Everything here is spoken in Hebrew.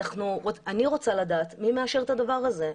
אני רוצה לדעת מי מאשר את הדבר הזה,